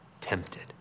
tempted